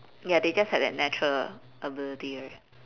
ya they just had natural ability right